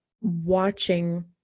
watching